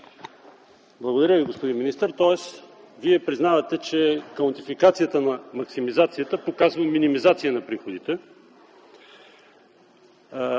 Благодаря Ви, господин министър. Вие признавате, че каунтификацията на максимизацията показва минимизация на приходите,